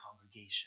congregation